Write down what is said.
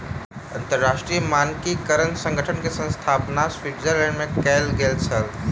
अंतरराष्ट्रीय मानकीकरण संगठन के स्थापना स्विट्ज़रलैंड में कयल गेल छल